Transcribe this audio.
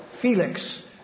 Felix